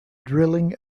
drilling